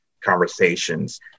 conversations